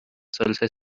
salsa